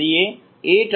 तो ATAA